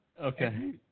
Okay